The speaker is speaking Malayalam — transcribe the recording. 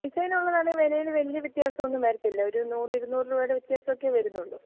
ഡിസൈൻ ഉള്ളതാണെങ്കിൽ വിലയിൽ വലിയ വ്യത്യാസം ഒന്നും വരത്തില്ല ഒരു നൂറ് ഇരുന്നൂറ് രൂപയുടെ വ്യത്യാസം ഒക്കെയേ വരുന്നുള്ളൂ